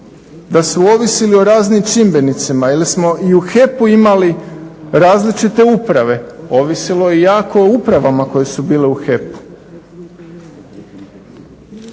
da su ovisili o raznim čimbenicima ili smo i u HEP-u imali različite uprave, ovisilo je jako o upravama koje su bile u HEP-u.